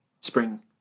spring